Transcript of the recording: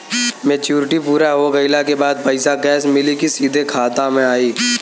Maturity पूरा हो गइला के बाद पईसा कैश मिली की सीधे खाता में आई?